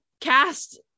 cast